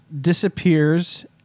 disappears